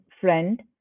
friend